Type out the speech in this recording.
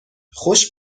خوش